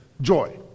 joy